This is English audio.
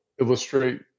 illustrate